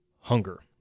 hunger